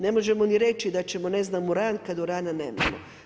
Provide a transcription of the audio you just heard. Ne možemo ni reći, da ćemo ne znam uran kada urana nemamo.